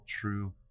true